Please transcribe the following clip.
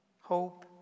hope